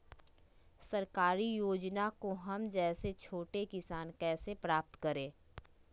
सरकारी योजना को हम जैसे छोटे किसान कैसे प्राप्त करें?